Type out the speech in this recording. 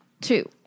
Two